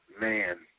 Man